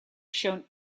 shown